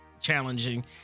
challenging